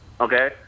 Okay